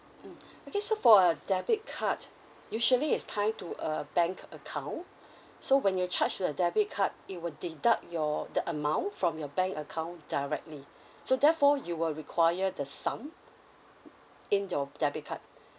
mm okay so for a debit card usually is tie to a bank account so when you charge the debit card it will deduct your the amount from your bank account directly so therefore you will require the sum in your debit card